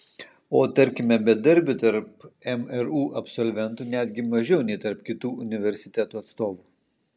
o tarkime bedarbių tarp mru absolventų netgi mažiau nei tarp kitų universitetų atstovų